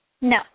No